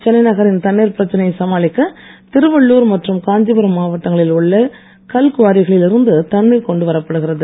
சென்னை நகரின் தண்ணீர் பிரச்னையை சமாளிக்க திருவள்ளுர் மற்றும் காஞ்சிபுரம் மாவட்டங்களில் உள்ள கல்குவாரிகளில் இருந்து தண்ணீர் கொண்டு வரப்படுகிறது